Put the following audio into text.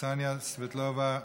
קסניה סבטלובה,